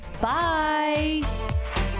Bye